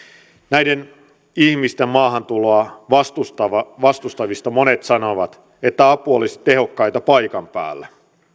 näiden ihmisten maahantuloa vastustavista vastustavista monet sanovat että apu olisi tehokkainta paikan päällä